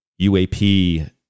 UAP